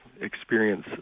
experience